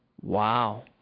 Wow